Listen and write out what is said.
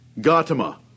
Gautama